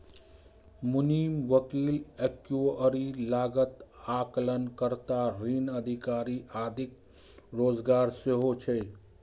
मुनीम, वकील, एक्चुअरी, लागत आकलन कर्ता, ऋण अधिकारी आदिक रोजगार सेहो छै